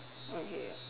okay